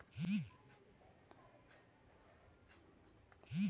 egg fruit মেক্সিকোতে canistel ফল নামে পরিচিত